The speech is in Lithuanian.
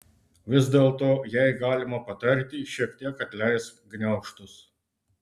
vis dėlto jei galima patarti šiek tiek atleisk gniaužtus